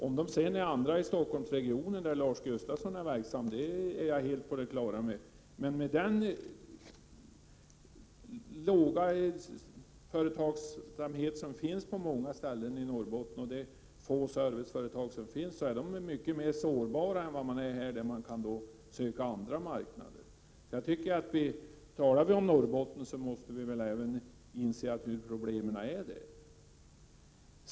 Att de är annorlunda i Stockholmsregionen, där Lars Gustafsson är verksam, är jag helt på det klara med. Med tanke på att företagsamheten är obetydlig på många ställen i Norrbotten är de få serviceföretag som finns där mycket mer sårbara än de är här, där de kan söka andra marknader. Talar vi om Norrbotten, måste vi väl också inse hur problemen är där.